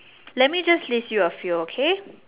let me just list you a few okay